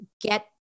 get